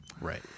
Right